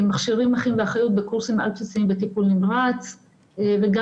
מכשירים אחים ואחיות בקורסים על בסיסיים בטיפול נמרץ וגם